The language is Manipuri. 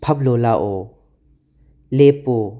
ꯐꯝꯂꯣ ꯂꯥꯛꯑꯣ ꯂꯦꯞꯄꯣ